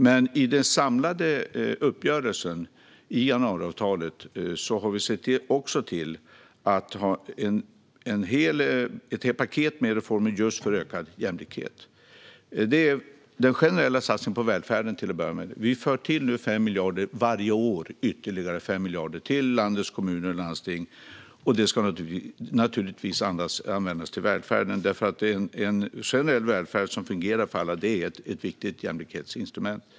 Men i den samlade uppgörelsen i januariavtalet har vi också sett till att ha ett helt paket med reformer för just ökad jämlikhet. Det handlar till att börja med om den generella satsningen på välfärden. Vi tillför nu ytterligare 5 miljarder varje år till landets kommuner och landsting. De ska naturligtvis användas till välfärden. En generell välfärd som fungerar för alla är ett viktigt jämlikhetsinstrument.